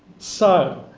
so